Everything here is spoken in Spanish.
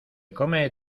come